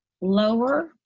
lower